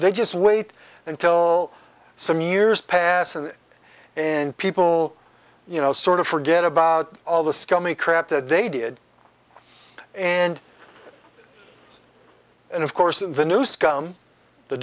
they just wait until some years pass and and people you know sort of forget about all the scummy crap that they did and and of course in the new scum the